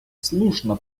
слушна